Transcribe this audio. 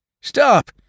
Stop